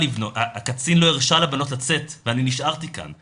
הקצין לא הרשה לבנות לצאת ואני נשארתי כאן.